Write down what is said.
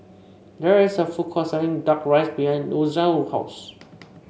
there is a food court selling duck rice behind Ozell's house